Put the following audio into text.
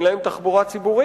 אין להן תחבורה ציבורית.